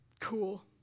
Cool